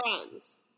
Friends